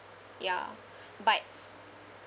ya but